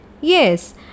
Yes